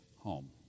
home